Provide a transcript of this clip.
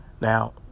Now